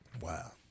Wow